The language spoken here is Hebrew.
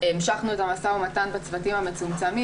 המשכנו את המשא ומתן בצוותים המצומצמים